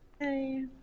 Hey